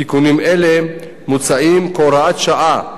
תיקונים אלה מוצעים כהוראת שעה,